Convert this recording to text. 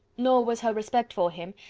nor was her respect for him,